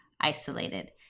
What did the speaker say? isolated